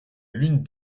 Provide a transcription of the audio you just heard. lune